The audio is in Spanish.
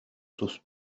sus